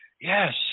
yes